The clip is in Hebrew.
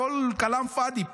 הכול כלאם פאדי פה.